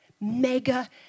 mega